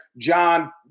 John